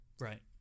Right